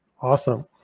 Awesome